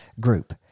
group